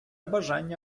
бажання